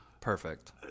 perfect